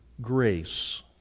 grace